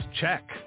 Check